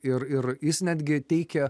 ir ir jis netgi teikia